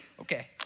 okay